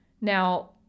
Now